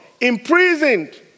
imprisoned